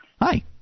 hi